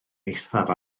eithaf